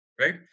right